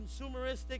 consumeristic